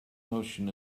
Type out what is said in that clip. notion